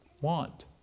want